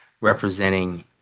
representing